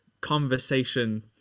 conversation